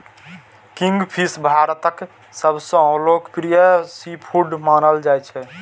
kingfish भारतक सबसं लोकप्रिय सीफूड मानल जाइ छै